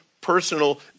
personal